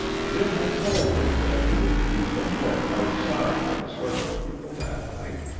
jim had told her that he was to do some work outside for the circus people that night,